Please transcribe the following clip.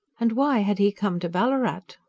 and why had he come to ballarat?